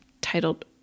titled